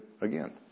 again